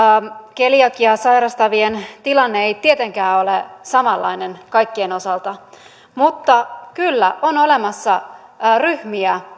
keliakiaa sairastavien tilanne ei tietenkään ole samanlainen kaikkien osalta mutta kyllä on olemassa ryhmiä